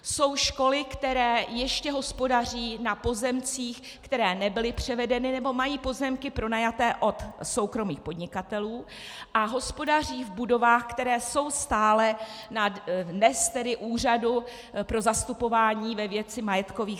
Jsou školy, které ještě hospodaří na pozemcích, které nebyly převedeny, nebo mají pozemky pronajaté od soukromých podnikatelů, a hospodaří v budovách, které jsou stále na dnes tedy Úřadu pro zastupování státu ve věcech majetkových.